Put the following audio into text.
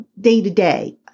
day-to-day